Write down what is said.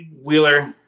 Wheeler